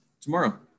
tomorrow